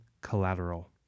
Collateral